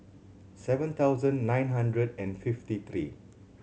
seven thousand nine hundred and fifty three